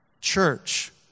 Church